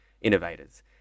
innovators